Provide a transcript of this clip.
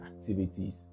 activities